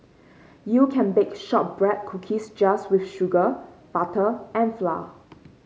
you can bake shortbread cookies just with sugar butter and flour